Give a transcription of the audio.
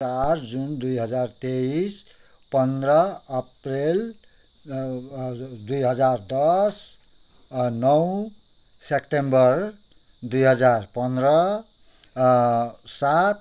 चार जुन दुई हजार तेइस पन्ध्र अप्रेल दुई हजार दस नौ सेप्टेम्बर दुई हजार पन्ध्र सात